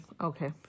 Okay